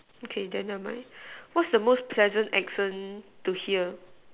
okay then never mind what's the most pleasant accent to hear